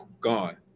gone